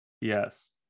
yes